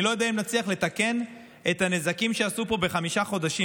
אני לא יודע אם נצליח לתקן את הנזקים שעשו פה בחמישה חודשים.